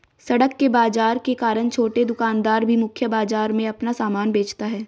सड़क के बाजार के कारण छोटे दुकानदार भी मुख्य बाजार में अपना सामान बेचता है